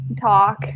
talk